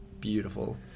beautiful